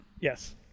Yes